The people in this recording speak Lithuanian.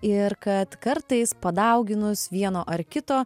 ir kad kartais padauginus vieno ar kito